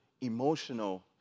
emotional